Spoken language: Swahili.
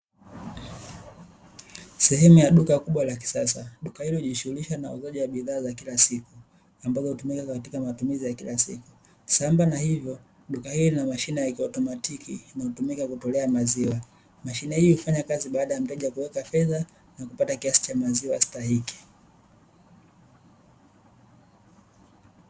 Sehemu ya duka kubwa la kisasa. Duka hili hujishughulisha na uuzaji wa bidhaa za kila siku ambazo hutumika katika matumizi ya kila siku. Sambamba na hivo, duka hili lina mashine ya kiautomatiki inayotumika kutolea maziwa. Mashine hii hufanya kazi baada ya mteja kuweka fedha na kupata kiasi cha maziwa stahiki.